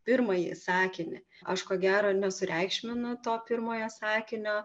pirmąjį sakinį aš ko gero nesureikšminu to pirmojo sakinio